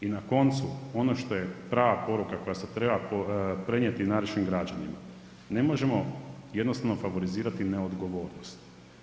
I na koncu ono što je prava poruka koja se treba prenijeti našim građanima, ne možemo jednostavno favorizirati neodgovornost.